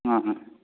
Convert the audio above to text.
ꯎꯝ ꯎꯝ